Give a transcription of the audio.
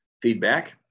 Feedback